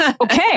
Okay